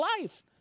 life